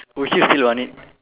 would you still want it